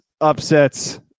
upsets